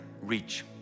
Reach